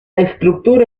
estructura